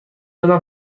دادم